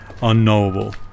unknowable